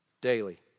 daily